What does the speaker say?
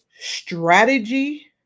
Strategy